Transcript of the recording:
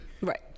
right